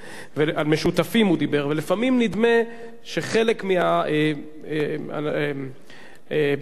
ולפעמים נדמה שחלק מבני-האדם שנמצאים במרחב הזה,